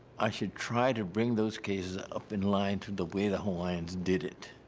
i should try to bring those cases up in line to the way the hawaiians did it.